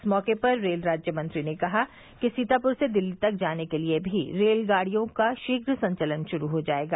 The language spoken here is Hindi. इस मौके पर रेल राज्य मंत्री ने कहा कि सीतापुर से दिल्ली तक जाने के लिये भी रेलगाड़ियों का शीघ्र संचालन शुरू हो जायेगा